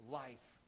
life